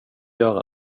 göra